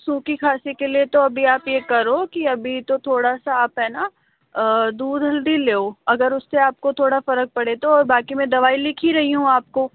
सूखी खाँसी के लिए तो अभी आप यह करो की अभी तो थोड़ा सा आप है न दूध हल्दी लो अगर उससे आपको थोड़ा फर्क पड़े तो और बाकि मैं दवाई लिख ही रही हूँ आपको